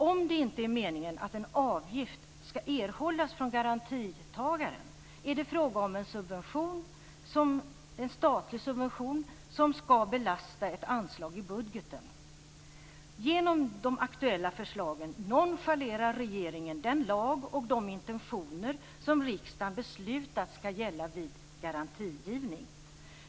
Om det inte är meningen att en avgift skall erhållas från garantitagaren är det fråga om en statlig subvention som skall belasta ett anslag i budgeten. Genom de aktuella förslagen nonchalerar regeringen den lag och de intentioner som riksdagen beslutat skall gälla vid garantigivning.